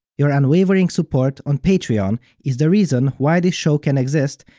your unwavering support on patreon is the reason why this show can exist,